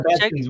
Check